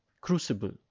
crucible